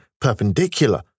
perpendicular